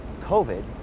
COVID